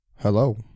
Hello